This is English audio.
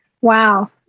Wow